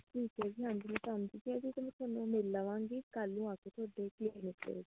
ਠੀਕ ਹੈ ਜੀ ਹਾਂਜੀ ਫੇਰ ਮੈਂ ਤੁਹਾਨੂੰ ਮਿਲ ਲਵਾਂਗੀ ਕੱਲ੍ਹ ਨੂੰ ਆ ਕੇ ਤੁਹਾਡੇ ਕਲੀਨਿਕ ਦੇ ਵਿੱਚ